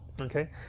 okay